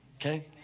Okay